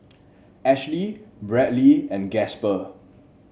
Ashlea Bradly and Gasper